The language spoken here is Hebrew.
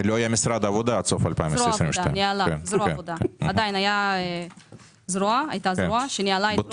זרוע עבודה הייתה זרוע שניהלה,